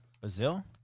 Brazil